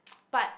but